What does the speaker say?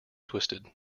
twisted